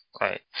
Right